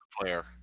player